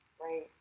Right